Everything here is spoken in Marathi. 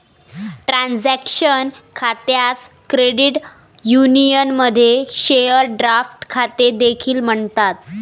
ट्रान्झॅक्शन खात्यास क्रेडिट युनियनमध्ये शेअर ड्राफ्ट खाते देखील म्हणतात